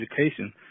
education